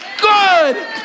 good